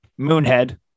Moonhead